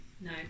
No